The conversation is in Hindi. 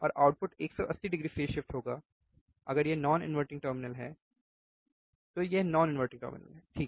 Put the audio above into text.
और आउटपुट 180 डिग्री फेज़ शिफ्ट होगा अगर यह नॉन इनवर्टिंग टर्मिनल है तो यह नॉन इनवर्टिंग टर्मिनल है ठीक